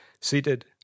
seated